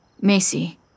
Macy